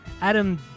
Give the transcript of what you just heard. Adam